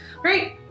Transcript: Great